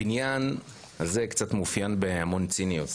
הבניין הזה מאופיין בהמון ציניות,